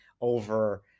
over